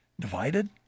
divided